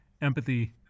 empathy